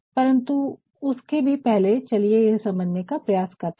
परंतु उसके भी पहले चलिए यह समझने का प्रयास करते हैं